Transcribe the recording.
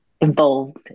involved